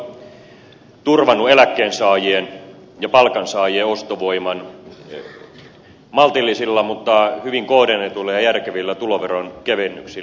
hallitus on turvannut eläkkeensaajien ja palkansaajien ostovoiman maltillisilla mutta hyvin kohdennetuilla ja järkevillä tuloveron kevennyksillä